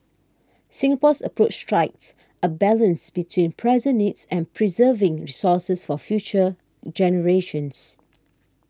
Singapore's approach strikes a balance between present needs and preserving resources for future generations